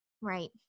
Right